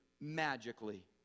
magically